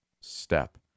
Step